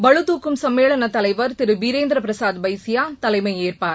பளுதூக்கும் சம்மேளனத் தலைவர் திரு பிரேந்திர பிரசாத் பைசியா தலைமை ஏற்பார்